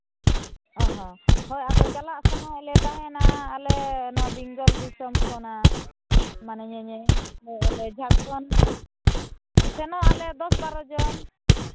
ᱦᱳᱭ ᱟᱫᱚ ᱪᱟᱞᱟᱜ ᱥᱟᱱᱟᱭᱮᱫ ᱞᱮ ᱛᱟᱦᱮᱱᱟ ᱟᱞᱮ ᱱᱚᱣᱟ ᱵᱮᱝᱜᱚᱞ ᱫᱤᱥᱚᱢ ᱠᱷᱚᱱᱟᱜ ᱢᱟᱱᱮ ᱟᱞᱮ ᱡᱷᱟᱲᱠᱷᱚᱸᱰ ᱥᱮᱱᱚᱜ ᱟᱞᱮ ᱫᱚᱥ ᱵᱟᱨᱚ ᱡᱚᱱ